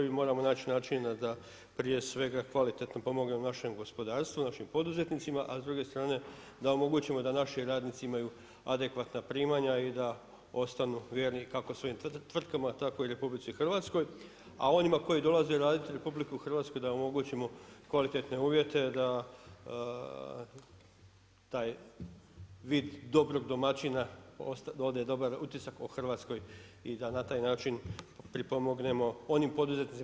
I moramo naći način da prije svega kvalitetno pomognemo našem gospodarstvu, našim poduzetnicima, a s druge strane da omogućimo da naši radnici imaju adekvatna primanja i da ostanu vjerni kako svojim tvrtkama tako i RH, a onima koji dolaze raditi u RH da omogućimo kvalitetne uvjete da taj vid dobrog domaćina da odaje dobar utisak o Hrvatskoj i da na taj način pripomognemo onim poduzetnicima.